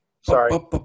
Sorry